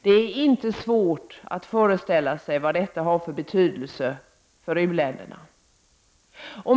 Det är inte svårt att föreställa sig vad detta har för betydelse för u-länderna.